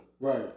Right